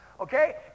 Okay